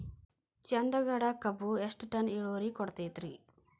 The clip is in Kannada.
ಚಂದಗಡ ಕಬ್ಬು ಎಷ್ಟ ಟನ್ ಇಳುವರಿ ಕೊಡತೇತ್ರಿ?